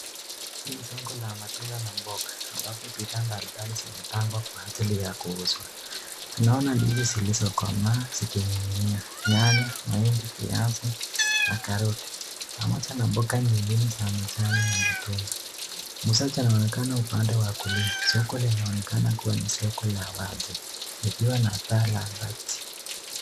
Hili ni soko la matunda na mboga ambapo bidhaa mbalimbali zimepangwa kwa ajili ya kuuzwa, tunaona ndizi zilizo komaa zikininginia, nyanya, mahindi, viazi na karoti pamoja na mboga nyingine za majani na matunda, mwuzaji anaonekana upande wa kulia, soko linaonekana kuwa ni soko la wazi ikiwa na baa la mabati.